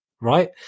right